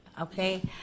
okay